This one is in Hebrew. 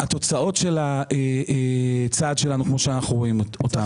התוצאות של הצעד שלנו כמו שאנחנו רואים אותן.